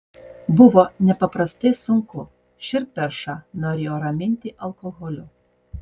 buvo nepaprastai sunku širdperšą norėjo raminti alkoholiu